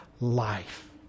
life